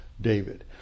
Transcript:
David